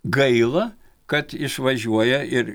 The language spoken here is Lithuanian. gaila kad išvažiuoja ir